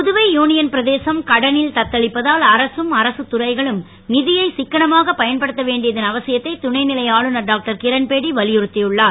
Puduvai union பிரதேசம் கடனில் தத்தளிப்பதால் அரசும் அரசுத் துறைகளும் நீதியை சிக்கனமாகப் பயன்படுத்த வேண்டியத் அவசியத்தை துணைநிலை ஆளுனர் டாக்டர் கிரண்பேடி வலியறுத்தியுள்ளார்